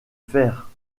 faire